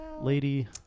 Lady